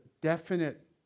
definite